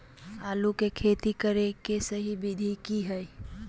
आलू के खेती करें के सही विधि की हय?